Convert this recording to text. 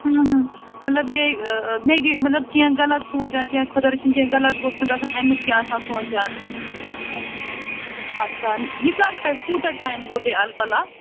مطلب یہےَ نگیٹ مطلب کیٚنٛہہ غلط سونٛچان کینٛہہ خدا رٔچھِنۍ کیٚنٛہہ غلط گوٚژھ نہٕ گژھُن اَمیُک کیٚاہ آسان سونٛچان اَچھا یہِ کرٕ پٮ۪ٹھ کوٗتاہ ٹایم گوٚو تُہۍ اَلہٕ پلہٕ اَتھ